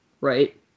right